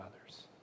others